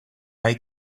bai